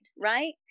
right